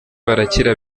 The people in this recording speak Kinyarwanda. barakira